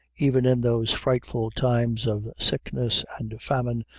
even in those frightfuf times of sickness and famine,